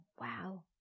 Wow